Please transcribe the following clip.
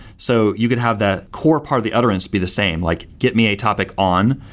so you could have that core part of the utterance be the same, like get me a topic on,